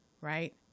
right